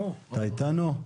בוקר טוב נכבדי,